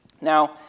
Now